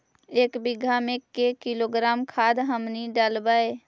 एक बीघा मे के किलोग्राम खाद हमनि डालबाय?